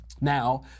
Now